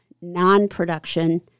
non-production